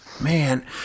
Man